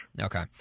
Okay